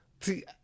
See